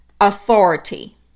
authority